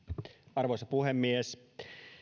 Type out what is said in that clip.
arvoisa puhemies